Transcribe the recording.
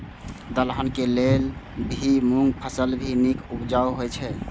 दलहन के लेल भी मूँग फसल भी नीक उपजाऊ होय ईय?